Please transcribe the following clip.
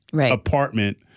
apartment